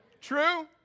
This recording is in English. True